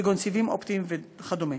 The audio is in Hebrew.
כגון סיבים אופטימיים ועוד.